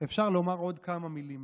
אפשר לומר עוד כמה מילים